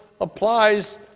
applies